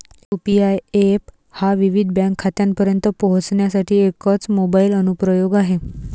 UPI app हा विविध bank खात्यांपर्यंत पोहोचण्यासाठी एकच मोबाइल अनुप्रयोग आहे